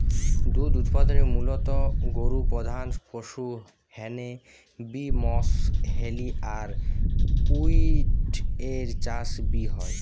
দুধ উতপাদনে মুলত গরু প্রধান পশু হ্যানে বি মশ, ছেলি আর উট এর চাষ বি হয়